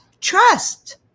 trust